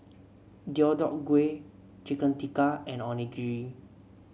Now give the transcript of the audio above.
Deodeok Gui Chicken Tikka and Onigiri